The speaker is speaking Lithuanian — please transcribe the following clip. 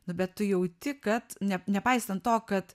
nu bet tu jauti kad ne nepaisant to kad